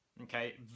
okay